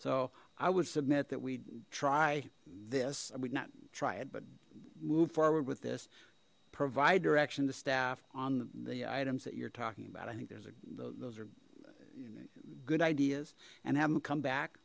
so i would submit that we try this i would not try it but move forward with this provide direction to staff on the items that you're talking about i think there's a those are good ideas and have them come back